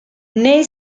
nei